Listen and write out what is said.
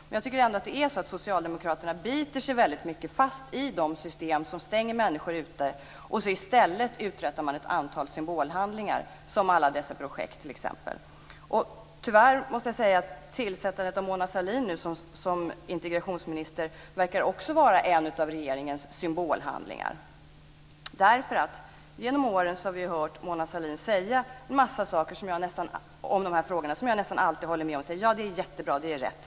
Men socialdemokraterna biter sig fast i de system som stänger människor ute, och i stället uträttas ett antal symbolhandlingar, som t.ex. alla dessa projekt. Tyvärr verkar tillsättandet av Mona Sahlin som integrationsminister vara en av regeringens symbolhandlingar. Genom åren har vi hört Mona Sahlin säga en massa saker som jag nästan alltid håller med om. "Ja, det är jättebra. Det är rätt."